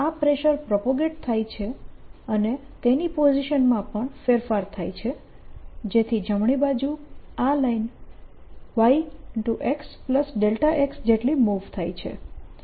આ pressure propagate થાય છે અને તેની પોઝીશનમાં પણ ફેરફાર થાય છે જેથી જમણી બાજુ આ લાઇન yxx જેટલી મૂવ થાય છે